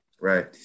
Right